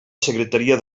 secretaria